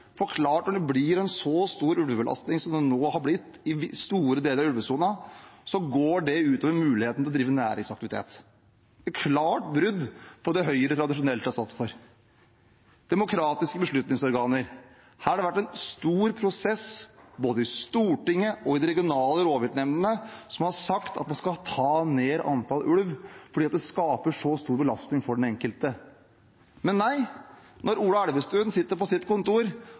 at når det blir en så stor ulvebelastning som det nå har blitt i store deler av ulvesonen, går det ut over muligheten til å drive næringsaktivitet. Det er et klart brudd på det Høyre tradisjonelt har stått for. Punkt to, demokratiske beslutningsorganer: Her har det vært en stor prosess, både i Stortinget og i de regionale rovviltnemndene, som har sagt at man skal ta ned antall ulv fordi det skaper så stor belastning for den enkelte. Men nei, når Ola Elvestuen sitter på sitt kontor,